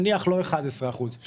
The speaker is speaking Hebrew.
נניח לא 11 אחוז,